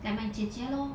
like my 姐姐 lor